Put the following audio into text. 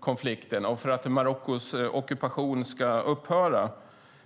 konflikten och för att Marockos ockupation ska upphöra.